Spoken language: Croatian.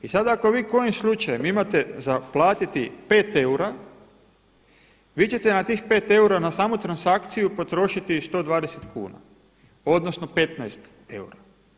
I sada ako vi kojim slučajem imate za platiti 5 eura, vi ćete na tih 5 eura na samu transakciju potrošiti 120 kuna, odnosno 15 eura.